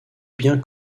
bien